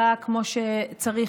באמת כמו שהיה צריך,